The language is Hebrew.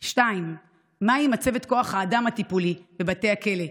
2. מהי מצבת כוח האדם הטיפולי בבתי הכלא,